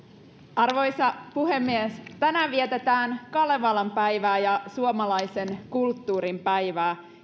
arvoisa puhemies tänään vietetään kalevalan päivää ja suomalaisen kulttuurin päivää